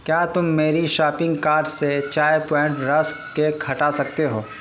کیا تم میری شاپنگ کارٹ سے چائے پوائنٹ رسک کیک ہٹا سکتے ہو